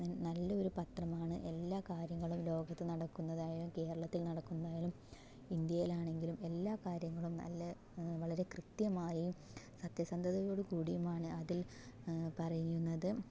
ന നല്ല ഒരു പത്രമാണ് എല്ലാ കാര്യങ്ങളും ലോകത്ത് നടക്കുന്നതായാലും കേരളത്തിൽ നടക്കുന്നതായാലും ഇന്ത്യയിൽ ആണെങ്കിലും എല്ലാ കാര്യങ്ങളും നല്ല വളരെ കൃത്യമായും സത്യസന്ധതയോട് കൂടിയുമാണ് അതിൽ പറയുന്നത്